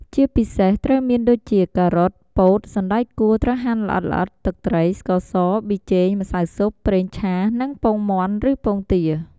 ជាពិសេស ត្រូវមានដូចជា ការ៉ុត ពោត សណ្តែកគួរត្រូវហាន់ល្អិតៗ ទឹកត្រី ស្ករស ប៊ីចេង ម្សៅស៊ុប ប្រេងឆា និង ពងមាន់ឬពងទា។